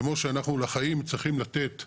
כמו שאנחנו לחיים צריכים לתת,